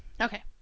Okay